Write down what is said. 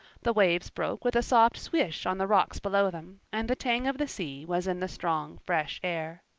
the waves broke with a soft swish on the rocks below them, and the tang of the sea was in the strong, fresh air.